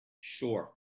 sure